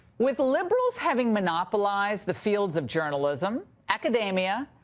with liberals having monopolized the fields of journalism, academia,